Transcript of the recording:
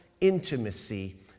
intimacy